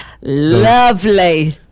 Lovely